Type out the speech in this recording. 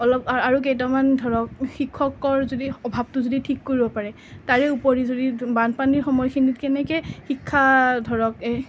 অলপ আৰু কেইটামান ধৰক শিক্ষকৰ যদি অভাৱটো যদি ঠিক কৰিব পাৰে তাৰে উপৰি যদি বানপানীৰ সময়খিনিত কেনেকৈ শিক্ষা ধৰক